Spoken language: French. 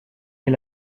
est